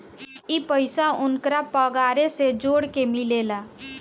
ई पइसा ओन्करा पगारे मे जोड़ के मिलेला